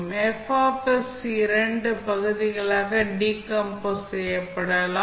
F இரண்டு பகுதிகளாக decompose செய்யப்படலாம்